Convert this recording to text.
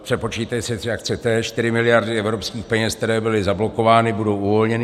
Přepočítejte si to, jak chcete, 4 miliardy evropských peněz, které byly zablokovány, budou uvolněny.